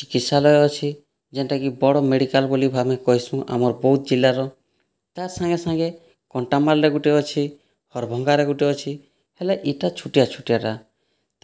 ଚିକିତ୍ସାଲୟ ଅଛି ଯେନ୍ଟା କି ବଡ଼୍ ମେଡ଼ିକାଲ୍ ବୋଲି ଆମେ କହିସୁଁ ଆମର୍ ବୌଦ୍ଧ ଜିଲ୍ଲାର ତା ସାଙ୍ଗେ ସାଙ୍ଗେ କଣ୍ଟାମାଲ୍ ରେ ଗୋଟେ ଅଛି ହରଭଙ୍ଗାରେ ଗୋଟେ ଅଛି ହେଲେ ଏଇଟା ଛୋଟିଆ ଛୋଟିଆ ଟା